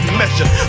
measure